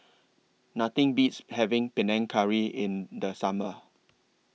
Nothing Beats having Panang Curry in The Summer